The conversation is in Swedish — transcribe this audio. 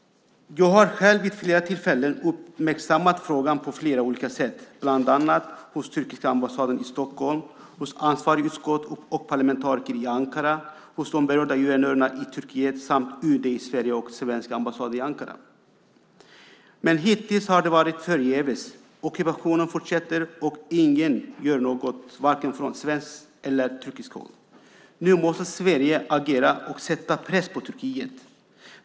Jag har själv vid flera tillfällen uppmärksammat frågan på flera olika sätt, bland annat hos turkiska ambassaden i Stockholm, hos ansvarigt utskott och parlamentariker i Ankara, hos de berörda guvernörerna i Turkiet samt hos UD i Sverige och svenska ambassaden i Ankara. Men hittills har det varit förgäves. Ockupationen fortsätter, och ingen gör något, varken från svenskt eller från turkiskt håll. Nu måste Sverige agera och sätta press på Turkiet.